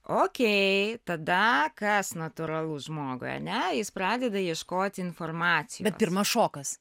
okey tada kas natūralu žmogui ane jis pradeda ieškoti informacijosbet pirma šokas